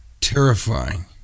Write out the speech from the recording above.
terrifying